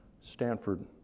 Stanford